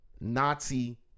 Nazi